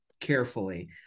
carefully